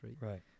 Right